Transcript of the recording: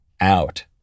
out